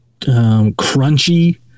crunchy